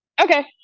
Okay